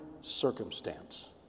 circumstance